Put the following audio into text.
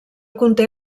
conté